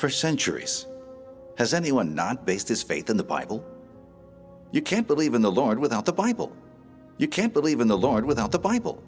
for centuries has anyone not based his faith in the bible you can't believe in the lord without the bible you can't believe in the lord without the bible